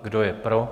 Kdo je pro?